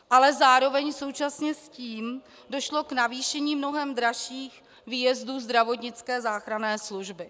Ale zároveň současně s tím došlo k navýšení mnohem dražších výjezdů zdravotnické záchranné služby.